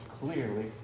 clearly